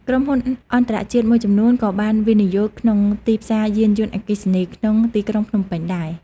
ក្រុមហ៊ុនអន្ដរជាតិមួយចំនួនក៏បានវិនិយោគក្នុងទីផ្សារយានយន្តអគ្គីសនី ក្នុងទីក្រុងភ្នំពេញដែរ។